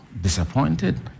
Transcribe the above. disappointed